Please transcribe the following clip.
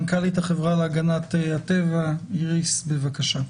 מנכ"לית החברה להגנת הטבע, איריס, בבקשה.